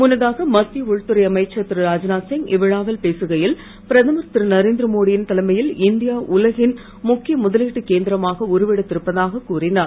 முன்னதாக மத்திய உள்துறை அமைச்சர் திருராஜ்நாத் சிங் இவ்விழாவில் பேசுகையில் பிரதமர் திருநரேந்திரமோடியின் தலைமையில் இந்தியா உலகின் முக்கிய முதலீட்டுக் கேந்திரமாக உருவெடுத்து இருப்பதாக கூறினார்